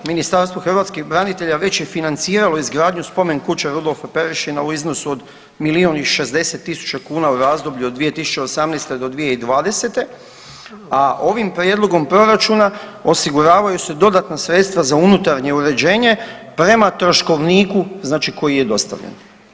Ministarstvo hrvatskih branitelja već je financiralo izgradnju Spomen kuće Rudolfa Perešina u iznosu od milijun i 60 tisuća kuna u razdoblju od 2018. do 2020., a ovim prijedlogom proračuna osiguravaju se dodatna sredstva za unutarnje uređenje prema troškovniku znači koji je dostavljen.